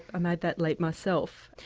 i made that leap myself.